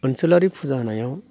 ओनसोलारि फुजा होनायाव